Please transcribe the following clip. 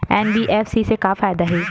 NBFC से का फ़ायदा हे?